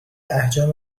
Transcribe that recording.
احجام